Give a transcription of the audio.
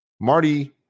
Marty